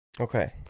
okay